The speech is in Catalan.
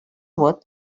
vot